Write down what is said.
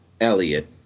Elliot